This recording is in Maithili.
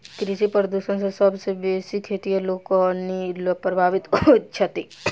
कृषि प्रदूषण सॅ सभ सॅ बेसी खेतिहर लोकनि प्रभावित होइत छथि